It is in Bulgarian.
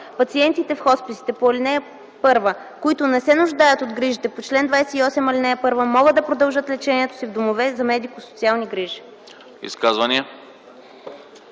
Пациентите в хосписите по ал. 1, които не се нуждаят от грижите по чл. 28, ал. 1, могат да продължат лечението си в домове за медико-социални грижи.”